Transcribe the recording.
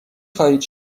خواهید